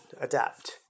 adapt